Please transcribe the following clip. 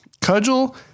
Cudgel